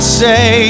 say